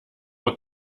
man